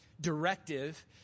directive